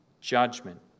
judgment